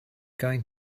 going